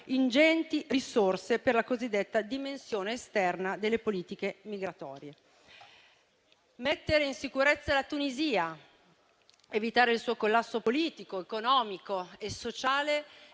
ingenti risorse per la cosiddetta dimensione esterna delle politiche migratorie. Mettere in sicurezza la Tunisia ed evitare il suo collasso politico, economico e sociale